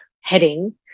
heading